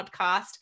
podcast